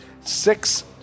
six